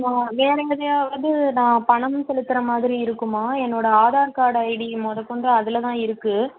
ஆ வேறு எங்கனயாவது நான் பணம் செலுத்துகிறமாதிரி இருக்குமா என்னோடய ஆதார் கார்டு ஐடி மொதற்கொண்டு அதில்தான் இருக்குது